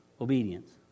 Obedience